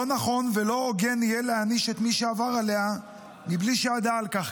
לא נכון ולא הוגן יהיה להעניש את מי שעבר עליה מבלי שידע על כך,